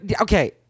okay